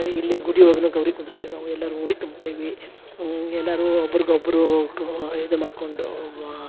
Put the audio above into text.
ಇಲ್ಲಿ ಗುಡಿ ಒಳ್ಗುನು ಗೌರಿ ಕುಂದ್ರಸ್ತೀವೆ ನಾವು ಎಲ್ಲರು ಉಡಿ ತುಂಬ್ತೇವಿ ಎಲ್ಲರು ಒಬ್ರುಗೆ ಒಬ್ಬರು ಗ ಇದು ಮಾಡ್ಕೊಂಡು